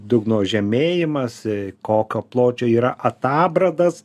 dugno žemėjimas kokio pločio yra atabradas